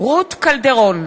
פרנקל,